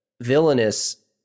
villainous